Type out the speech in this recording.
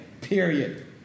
period